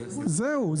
זהו.